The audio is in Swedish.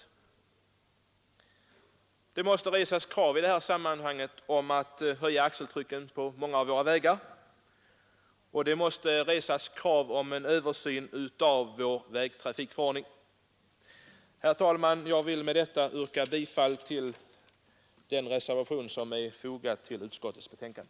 I det här sammanhanget måste det resas krav på en höjning av axeltrycket på många av våra vägar och på en översyn av vår vägtrafikförordning. Herr talman! Jag ber med detta att få yrka bifall till den reservation som är fogad till utskottets betänkande.